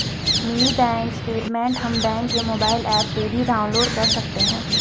mini bank statement हम bank के mobile app से भी डाउनलोड कर सकते है